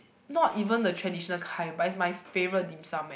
not even the traditional kind but is my favourite dim sum eh